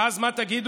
ואז מה תגידו?